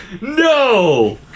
no